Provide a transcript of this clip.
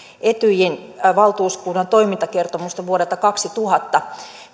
etyjin valtuuskunnan toimintakertomusta vuodelta kaksituhatta